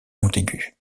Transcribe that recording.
montaigu